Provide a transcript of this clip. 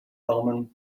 wellman